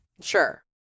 Sure